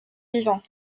vivant